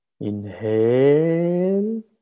Inhale